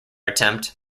attempt